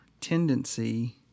tendency